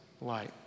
light